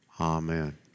amen